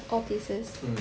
offices